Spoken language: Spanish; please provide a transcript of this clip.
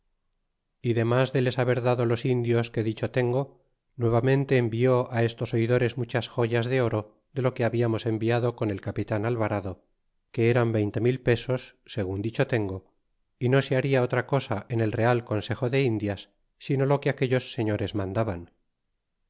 y demas de les haber dado los indios que dicho tengo nuevamente envió estos oidores muchas joyas de oro de lo que hablamos envido con el capitan alvarado que eran veinte mil pesos segun dicho tengo y no se haria otra cosa en el real consejo de indias sino lo que aquellos señores mandaban